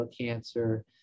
cancer